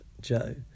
Joe